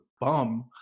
bum